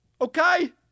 okay